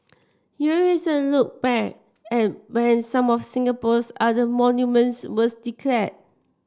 here is a look back at when some of Singapore's other monuments were declared